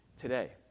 today